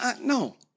No